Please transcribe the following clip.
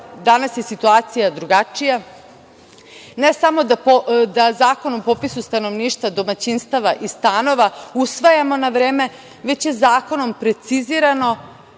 Danas je situacija drugačija. Ne samo da Zakon o popisu stanovništva, domaćinstava i stanova usvajamo na vreme, već su zakonom precizirane